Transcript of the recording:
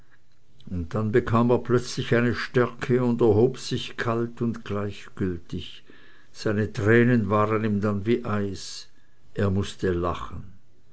und dann bekam er plötzlich eine stärke und erhob sich kalt und gleichgültig seine tränen waren ihm dann wie eis er mußte lachen